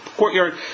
courtyard